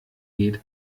geht